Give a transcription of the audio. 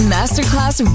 Masterclass